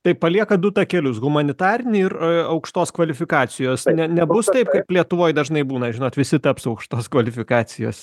tai palieka du takelius humanitarinį ir aukštos kvalifikacijos ne nebus taip kaip lietuvoj dažnai būna žinot visi taps aukštos kvalifikacijos